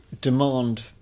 demand